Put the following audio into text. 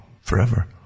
forever